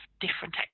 different